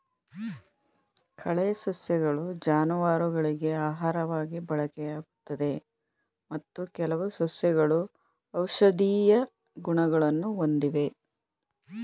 ಕಳೆ ಸಸ್ಯಗಳು ಜಾನುವಾರುಗಳಿಗೆ ಆಹಾರವಾಗಿ ಬಳಕೆಯಾಗುತ್ತದೆ ಮತ್ತು ಕೆಲವು ಸಸ್ಯಗಳು ಔಷಧೀಯ ಗುಣಗಳನ್ನು ಹೊಂದಿವೆ